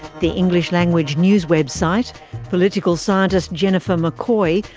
the english language news website political scientist jennifer mccoy,